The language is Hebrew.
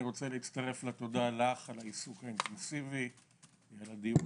אני רוצה להצטרף לתודה לך על העיסוק האינטנסיבי על הדיון